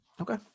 Okay